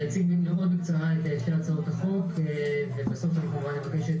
אציג --- את שתי הצעות החוק ואבקש את